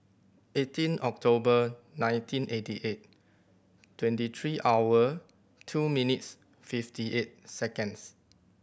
eighteen October nineteen eighty eight twenty three hour two minutes fifty eight seconds